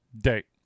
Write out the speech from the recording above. date